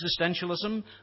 existentialism